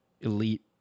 elite